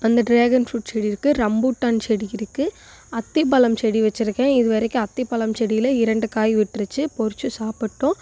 அந்த dragon fruit செடி இருக்கு ரம்பூட்டான் செடி இருக்கு அத்தி பழம் செடி வச்சிருக்கேன் இது வரைக்கும் அத்தி பழம் செடியில் இரண்டு காய் விட்ருச்சு பொறிச்சு சாப்பிட்டோம்